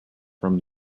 from